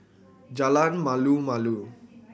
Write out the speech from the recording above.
Jalan Malu Malu